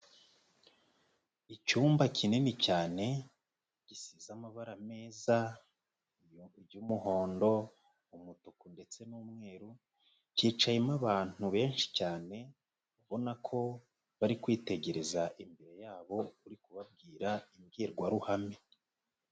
Icyumba kinini cyane, gisize amabara meza y'umuhondo, umutuku ndetse n'umweru, cyicayemo abantu benshi cyane ubona ko bari kwitegereza imbere yabo uri kubabwira imbwirwaruhame.